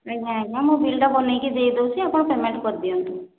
ନାଇଁ ମୁଁ ବିଲ୍ଟା ବନେଇକି ଦେଇଦେଉଛି ଆପଣ ପେମେଣ୍ଟ କରିଦିଅନ୍ତୁ